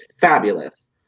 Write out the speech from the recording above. fabulous